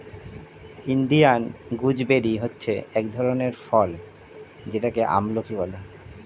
Indian gooseberry হচ্ছে এক ধরনের ফল যেটাকে আমলকি বলে